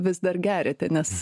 vis dar geriate nes